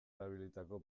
erabilitako